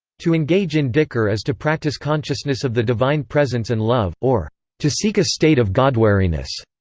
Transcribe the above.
to engage in dhikr is to practice consciousness of the divine presence and love, or to seek a state of godwariness.